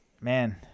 man